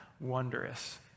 wondrous